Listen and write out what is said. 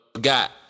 got